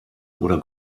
oder